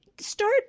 Start